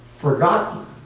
Forgotten